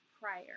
prior